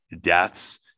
deaths